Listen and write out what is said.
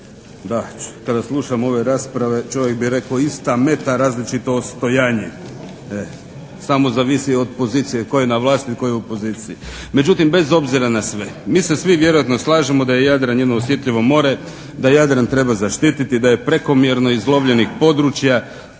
Da, kada slušam ove rasprave čovjek bi rekao ista meta a različito odstojanje, samo zavisi od pozicije koje na vlasti a tko je u opoziciji. Međutim, bez obzira na sve mi se svi vjerojatno slažemo da je Jadran jedno osjetljivo more, da Jadran treba zaštititi, da je prekomjerno izlovljenih područja.